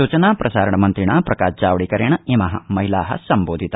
सूचना प्रसारण मन्त्रिणा प्रकाशजावडेकरेन इमा महिला सम्बोधित